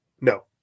No